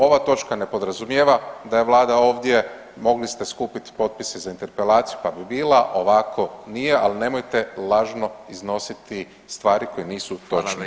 Ova točka ne podrazumijeva da je Vlada ovdje, mogli ste skupiti potpise za interpelaciju pa bi bila, ovako nije, ali nemojte lažno iznositi stvari koje nisu točne.